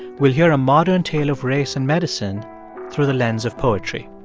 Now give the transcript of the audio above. we'll hear a modern tale of race in medicine through the lens of poetry.